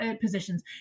positions